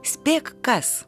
spėk kas